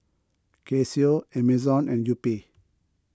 Casio Amazon and Yupi